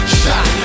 shot